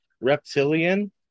reptilian